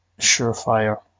surefire